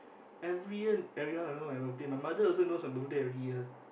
every year everyone will know my birthday my mother also knows my birthday every year